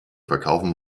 verkaufen